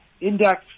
index